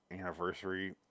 anniversary